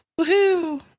woohoo